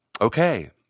Okay